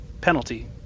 penalty